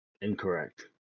Incorrect